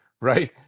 right